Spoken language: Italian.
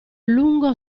lungo